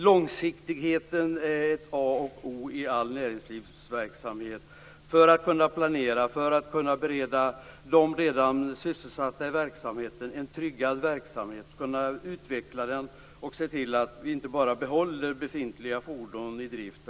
Långsiktigheten är a och o i all näringslivsverksamhet för att man skall kunna planera och bereda de redan sysselsatta i företaget en tryggad verksamhet, för att man skall kunna utveckla verksamheten och inte bara se till att befintliga fordon behålls i drift.